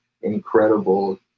Incredible